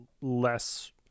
less